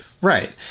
Right